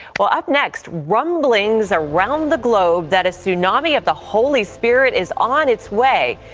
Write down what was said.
but up next, rumblings around the globe that a tsunami of the holy spirit is on its way.